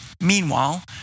Meanwhile